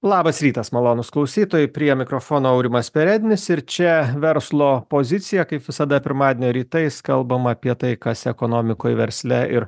labas rytas malonūs klausytojai prie mikrofono aurimas perednis ir čia verslo pozicija kaip visada pirmadienio rytais kalbama apie tai kas ekonomikoj versle ir